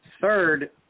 Third